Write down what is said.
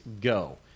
go